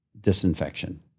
disinfection